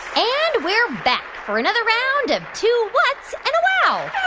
and we're back for another round of two whats? and a wow!